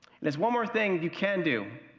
and is one more thing you can do.